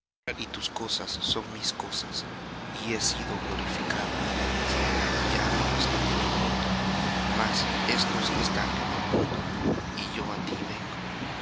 y tus cosas son mis cosas y he sido glorificado en ellas y ya no estoy en el mundo mas éstos están en el mundo y yo á ti vengo